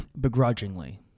Begrudgingly